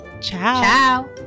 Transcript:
Ciao